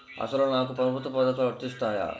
అసలు నాకు ప్రభుత్వ పథకాలు వర్తిస్తాయా?